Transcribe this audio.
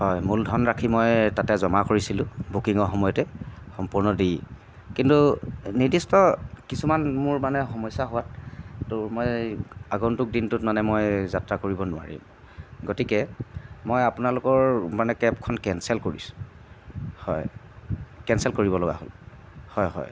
হয় মূলধন ৰাশি মই তাতে জমা কৰিছিলোঁ বুকিঙৰ সময়তে সম্পূৰ্ণ দি কিন্তু নিৰ্দিষ্ট কিছুমান মোৰ মানে সমস্যা হোৱাত এইটো মই আগন্তুক দিনটোত মানে মই যাত্ৰা কৰিব নোৱাৰিম গতিকে মই আপোনালোকৰ মানে কেবখন কেঞ্চেল কৰিছোঁ হয় কেঞ্চেল কৰিব লগা হ'ল হয় হয়